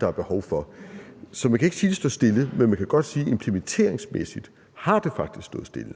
der er behov for. Så man kan ikke sige, det står stille, men man kan godt sige, at implementeringsmæssigt har det faktisk stået stille,